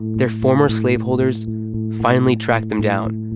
their former slaveholders finally tracked them down.